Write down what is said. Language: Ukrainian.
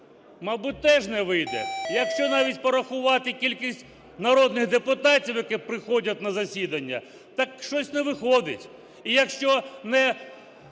Мабуть, теж не вийде. Якщо навіть порахувати кількість народних депутатів, які приходять на засідання, так щось не виходить. І якщо